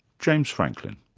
james franklin.